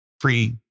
free